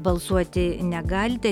balsuoti negalite